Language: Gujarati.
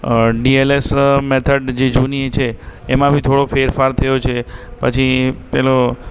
અ ડી એલ એસ મેથડ જે જૂની છે એમાં બી થોડો ફેરફાર થયો છે પછી પેલો